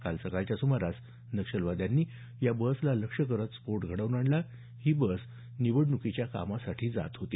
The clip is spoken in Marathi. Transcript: काल सकाळच्या सुमारास नक्षलवाद्यांनी बसला लक्ष्य करत स्फोट घडवून आणला ही बस निवडणुकीच्या कामासाठी जात होती